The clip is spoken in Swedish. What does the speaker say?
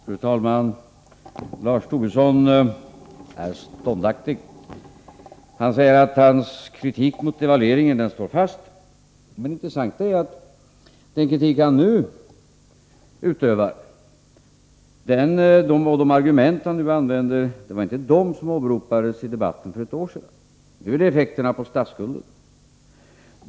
Fru talman! Lars Tobisson är ståndaktig. Han säger att hans kritik mot devalveringen står fast. Men det intressanta är att hans kritik nu bygger på argument som inte åberopades i debatten för ett år sedan. Nu gäller kritiken effekterna på statsskulden.